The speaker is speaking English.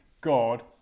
God